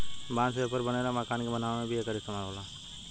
बांस से पेपर बनेला, मकान के बनावे में भी एकर इस्तेमाल होला